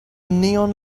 neon